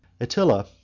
Attila